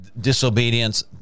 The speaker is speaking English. disobedience